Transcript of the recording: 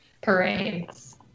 Parades